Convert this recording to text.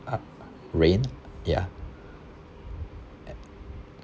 uh rain ya